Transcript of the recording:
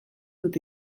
dut